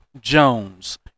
Jones